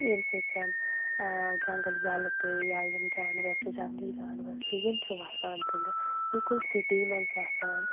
ییٚمہِ سٍتۍ زَن جنگل ییٚلہٕ گٔے یا یِم جاناوار چھِ جنٛگلی جاناوار چھِ یِم چھِ وَسان تیٚلہِ بِلکُل سِٹی منٛز وَسان